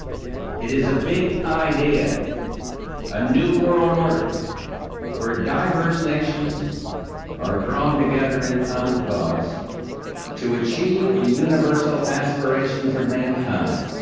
it is a big idea a new world order where diverse nations are drawn together in common cause to achieve the universal aspirations of mankind.